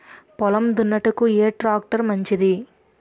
పొలం దున్నుటకు ఏ ట్రాక్టర్ మంచిది?